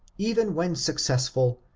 even when successful,